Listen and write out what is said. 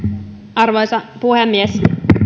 arvoisa puhemies